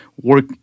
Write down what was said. work